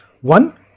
One